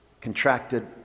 contracted